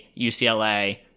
ucla